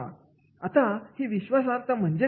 काय असतं नेमकं विश्वासार्हता म्हणजे